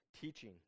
Teaching